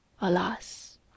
alas